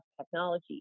technology